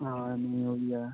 हां नेईं ओह् बी है